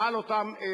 לא לא, זה בא הנה.